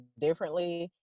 differently